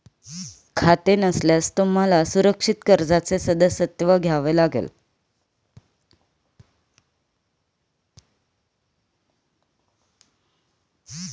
खाते नसल्यास तुम्हाला सुरक्षित कर्जाचे सदस्यत्व घ्यावे लागेल